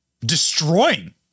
destroying